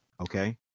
Okay